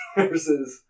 Versus